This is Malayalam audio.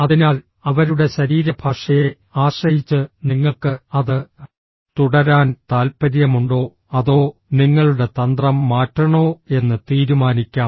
അതിനാൽ അവരുടെ ശരീരഭാഷയെ ആശ്രയിച്ച് നിങ്ങൾക്ക് അത് തുടരാൻ താൽപ്പര്യമുണ്ടോ അതോ നിങ്ങളുടെ തന്ത്രം മാറ്റണോ എന്ന് തീരുമാനിക്കാം